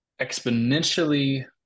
exponentially